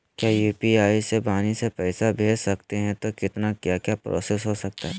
क्या यू.पी.आई से वाणी से पैसा भेज सकते हैं तो कितना क्या क्या प्रोसेस हो सकता है?